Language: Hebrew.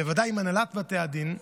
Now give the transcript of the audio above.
בוודאי עם הנהלת בתי הדין,